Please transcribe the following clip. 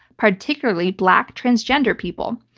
particularly black transgender people.